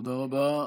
תודה רבה.